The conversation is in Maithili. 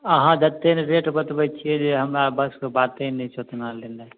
आहाँ जतेक ने रेट बतबैत छियै जे हमरा बसके बाते नहि छै ओतना लेनाइ